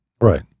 Right